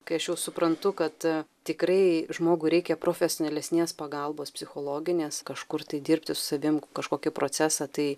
kai aš jau suprantu kad tikrai žmogui reikia profesionalesnės pagalbos psichologinės kažkur tai dirbti su savim kažkokį procesą tai